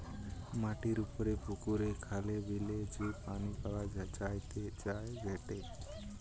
মাটির উপরে পুকুরে, খালে, বিলে যে পানি পাওয়া যায়টে